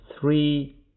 three